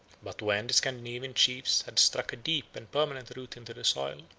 but when the scandinavian chiefs had struck a deep and permanent root into the soil,